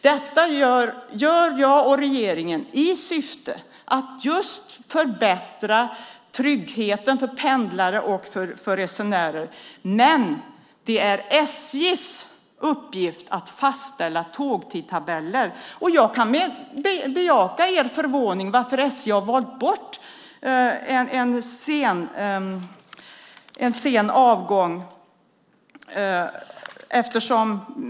Detta gör jag och regeringen i syfte att just förbättra tryggheten för pendlare och för resenärer. Men det är SJ:s uppgift att fastställa tågtidtabeller. Jag kan bejaka er förvåning när det gäller att SJ har valt bort en sen avgång.